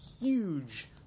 huge